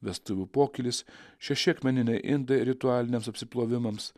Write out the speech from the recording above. vestuvių pokylis šeši akmeniniai indai ritualiniams apsiplovimams